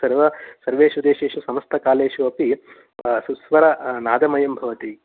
सर्व सर्वेषु देशेषु समस्तकालेषु अपि सुस्वर नादमयं भवति